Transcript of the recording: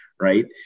Right